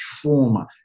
trauma